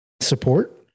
support